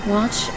Watch